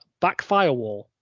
Backfirewall